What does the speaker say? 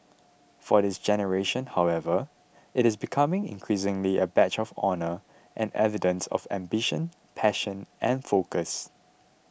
for this generation however it is becoming increasingly a badge of honour and evidence of ambition passion and focus